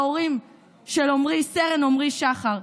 ההורים של סרן עומרי שחר,